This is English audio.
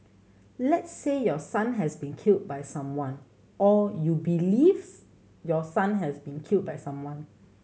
let's say your son has been killed by someone or you believes your son has been killed by someone